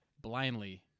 blindly